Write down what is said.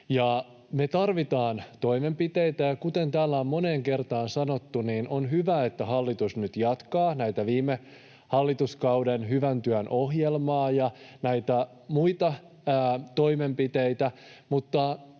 me tarvitaan toimenpiteitä. Kuten täällä on moneen kertaan sanottu, on hyvä, että hallitus nyt jatkaa viime hallituskauden hyvän työn ohjelmaa ja näitä muita toimenpiteitä,